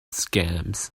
scams